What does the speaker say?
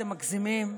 אתם מגזימים.